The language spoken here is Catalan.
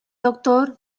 doctor